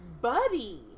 buddy